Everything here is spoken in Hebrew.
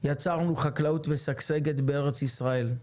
יצרנו חקלאות משגשגת בארץ ישראל,